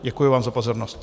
Děkuji vám za pozornost.